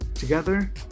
Together